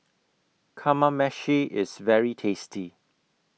Kamameshi IS very tasty